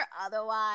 Otherwise